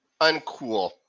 Uncool